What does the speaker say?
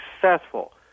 successful